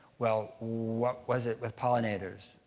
well, what was it with pollinators?